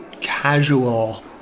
casual